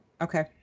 Okay